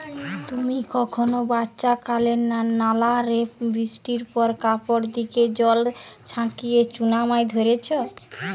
তুমি কখনো বাচ্চাকালে নালা রে বৃষ্টির পর কাপড় দিকি জল ছাচিকি চুনা মাছ ধরিচ?